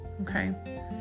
Okay